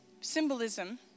symbolism